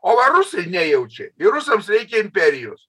o va rusai nejaučia ir rusams reikia imperijos